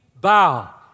bow